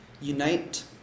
unite